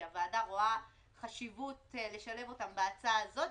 כי הוועדה רואה חשיבות לשלב אותם בהצעה הזאת,